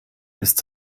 ist